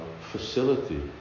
facility